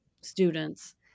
students